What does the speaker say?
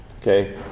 Okay